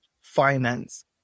finance